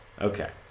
Okay